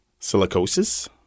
silicosis